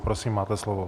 Prosím, máte slovo.